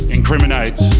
Incriminate